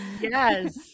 Yes